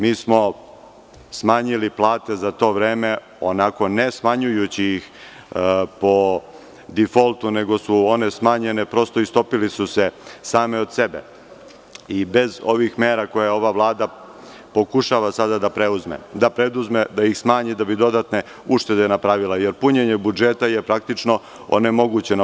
Mi smo smanjili plate za to vreme onako ne smanjujući ih po difoltu, nego su se one smanjene prosto istopile same od sebe i bez ovih mera koje ova Vlada pokušava sada da preduzme, da ih smanji da bi dodatne uštede napravila, jer punjenje budžeta je praktično onemogućeno.